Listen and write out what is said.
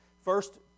First